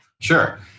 Sure